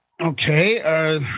Okay